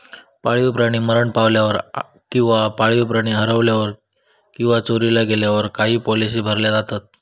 पाळीव प्राणी मरण पावल्यावर किंवा पाळीव प्राणी हरवल्यावर किंवा चोरीला गेल्यावर काही पॉलिसी भरल्या जातत